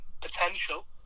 potential